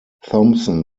thompson